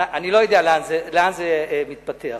אני לא יודע לאן זה מתפתח,